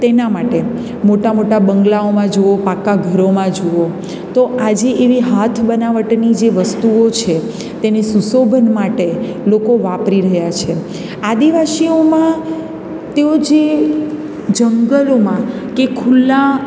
તેના માટે મોટા મોટા બંગલાઓમાં જુઓ પાકા ઘરોમાં જુઓ તો આજે એવી હાથ બનાવટની જે વસ્તુઓ છે તેને સુશોભન માટે લોકો વાપરી રહ્યાં છે આદિવાસીઓમાં તેઓ જે જંગલોમાં કે ખુલ્લાં